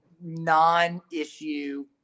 non-issue